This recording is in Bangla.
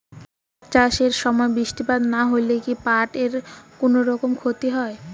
পাট চাষ এর সময় বৃষ্টিপাত না হইলে কি পাট এর কুনোরকম ক্ষতি হয়?